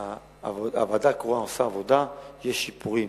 הוועדה הקרואה עושה עבודה, ויש שיפורים.